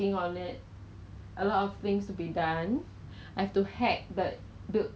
no that's the sponge cake sponge cake like fluffy fluffy that